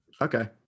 Okay